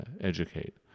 educate